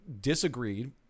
disagreed